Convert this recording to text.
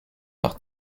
par